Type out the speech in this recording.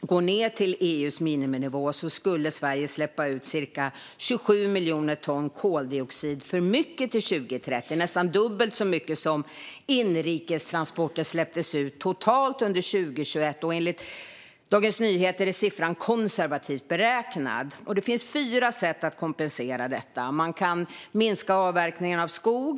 gick ned till EU:s miniminivå skulle släppa ut cirka 27 miljoner ton koldioxid för mycket till 2030. Det är nästan dubbelt så mycket som inrikestransporterna släppte ut totalt under 2021, och enligt Dagens Nyheter är siffran konservativt beräknad. Det finns fyra sätt att kompensera detta: Man kan minska avverkningen av skog.